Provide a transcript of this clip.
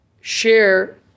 share